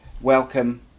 Welcome